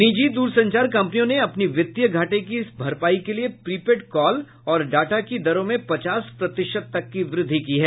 निजी दूरसंचार कम्पनियों ने अपनी वित्तीय घाटे की भरपाई के लिए प्री पेड कॉल और डाटा की दरों में पचास प्रतिशत तक की वृद्धि की है